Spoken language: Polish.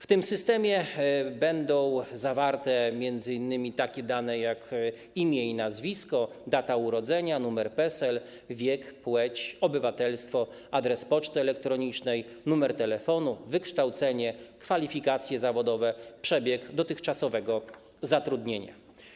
W tym systemie będą zawarte m.in. takie dane, jak: imię i nazwisko, data urodzenia, numer PESEL, wiek, płeć, obywatelstwo, adres poczty elektronicznej, numer telefonu, wykształcenie, kwalifikacje zawodowe i przebieg dotychczasowego zatrudnienia.